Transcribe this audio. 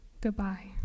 Goodbye